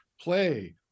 play